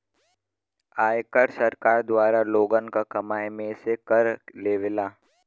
आयकर सरकार द्वारा लोगन क कमाई में से कर लेवला